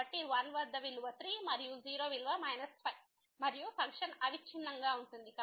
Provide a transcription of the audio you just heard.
కాబట్టి 1 వద్ద విలువ 3 మరియు 0 విలువ 5 మరియు ఫంక్షన్ అవిచ్ఛిన్నంగా ఉంటుంది